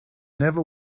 never